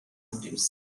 induced